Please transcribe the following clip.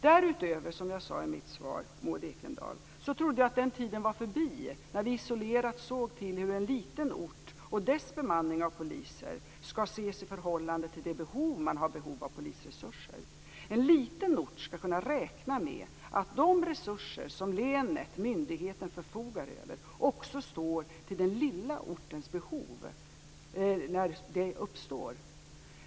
Därutöver - som jag sade i mitt svar, Maud Ekendahl - trodde jag att den tiden var förbi när vi isolerat såg till en liten ort och dess bemanning av poliser i förhållande till behovet av polisresurser. En liten ort skall kunna räkna med att de resurser som länet, myndigheten, förfogar över också står till den lilla ortens förfogande när behov uppstår.